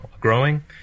growing